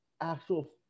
actual